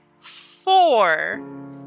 four